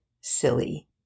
Silly